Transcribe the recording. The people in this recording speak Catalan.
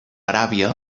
aràbia